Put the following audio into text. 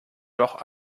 doch